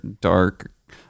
Dark